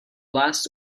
last